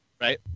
right